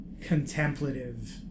contemplative